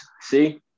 see